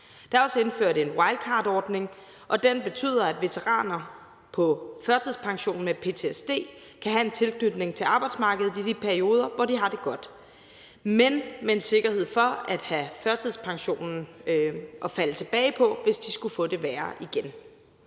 Der er også indført en wildcardordning, og den betyder, at veteraner på førtidspension med ptsd kan have en tilknytning til arbejdsmarkedet i de perioder, hvor de har det godt, men med en sikkerhed for at have førtidspensionen at falde tilbage på, hvis de skulle få det værre igen.